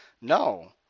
No